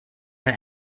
der